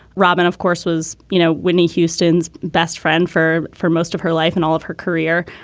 robin of course was you know whitney houston's best friend for for most of her life and all of her career.